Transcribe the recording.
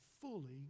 fully